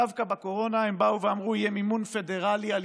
דווקא בקורונה הם אמרו: יהיה מימון פדרלי על